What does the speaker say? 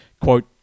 quote